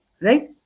Right